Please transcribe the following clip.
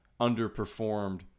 underperformed